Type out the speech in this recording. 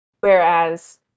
Whereas